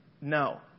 No